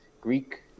Greek